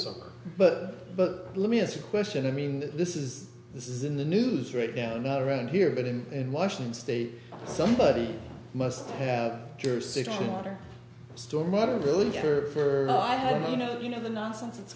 of but but let me ask a question to mean this is this is in the news right now not around here but in in washington state somebody must have jurisdiction water storm i don't really care for i know you know you know the nonsense it's